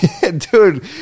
dude